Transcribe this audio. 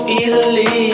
easily